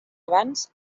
abans